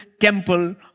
temple